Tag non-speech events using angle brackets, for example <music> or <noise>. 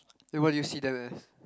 <noise> then what do you see them as